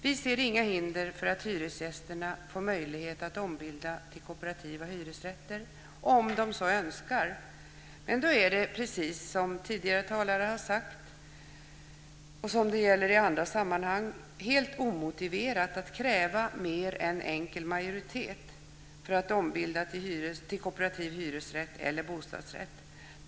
Vi ser inga hinder mot att hyresgästerna får möjlighet att ombilda till kooperativa hyresrätter om de så önskar. Men då är det, precis som tidigare talare har sagt och precis som i andra sammanhang, helt omotiverat att kräva mer än enkel majoritet för att ombilda till kooperativ hyresrätt eller bostadsrätt.